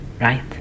Right